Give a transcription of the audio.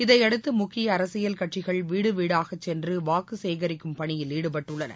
இதையடுத்து முக்கிய அரசியல் கட்சிகள் வீடு வீடாக சென்று வாக்கு சேகரிக்கும் பணியில் ஈடுபட்டுள்ளனர்